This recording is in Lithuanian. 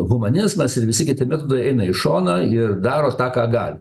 humanizmas ir visi kiti metodai eina į šoną ir daro tą ką gali